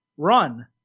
Run